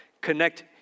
Connect